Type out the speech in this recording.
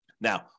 Now